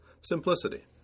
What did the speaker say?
simplicity